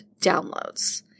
downloads